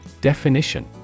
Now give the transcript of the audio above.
Definition